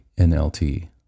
NLT